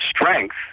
strength